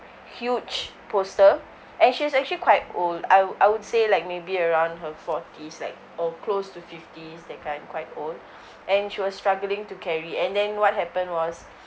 huge poster and she was actually quite old I wou~ I would say like maybe around her forties like or close to fifties that kind quite old and she was struggling to carry and then what happened was